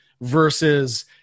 versus